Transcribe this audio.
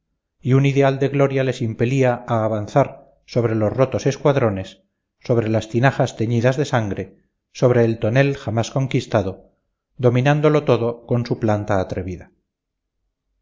y un ideal de gloria les impelía a avanzar sobre los rotos escuadrones sobre las tinajas teñidas de sangre sobre el tonel jamás conquistado dominándolo todo con su planta atrevida